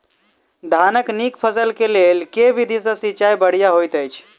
धानक नीक फसल केँ लेल केँ विधि सँ सिंचाई बढ़िया होइत अछि?